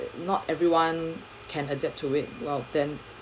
not everyone can adapt to it while then